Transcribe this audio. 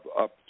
up